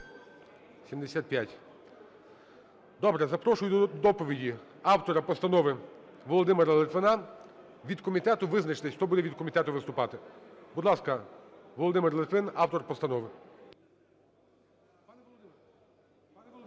За-75 Добре. Запрошую до доповіді автора постанови Володимира Литвина. Від комітету визначтесь, хто буде від комітету виступати. Будь ласка, Володимир Литвин, автор постанови. Будь ласка, Володимир